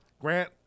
Grant